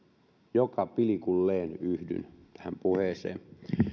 ja pilkulleen yhdyn tähän puheeseen